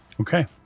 Okay